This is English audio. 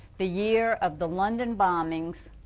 the year of the london bombings,